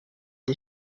par